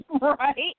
Right